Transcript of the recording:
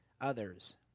others